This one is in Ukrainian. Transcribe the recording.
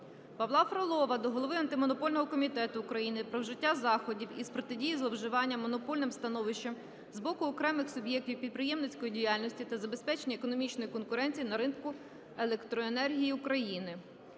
Павла Фролова до голови Антимонопольного комітету України про вжиття заходів із протидії зловживанням монопольним становищем з боку окремих суб'єктів підприємницької діяльності та забезпечення економічної конкуренції на ринку електроенергії України.